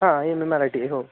हा M A Marathi हो